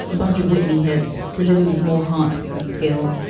a bunch of whitney hits delivered with more heart than skill,